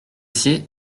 sais